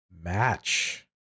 match